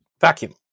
vacuum